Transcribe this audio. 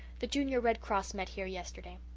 the junior red cross met here yesterday.